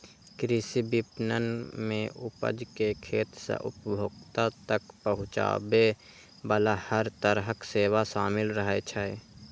कृषि विपणन मे उपज कें खेत सं उपभोक्ता तक पहुंचाबे बला हर तरहक सेवा शामिल रहै छै